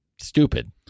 stupid